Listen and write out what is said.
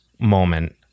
moment